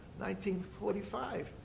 1945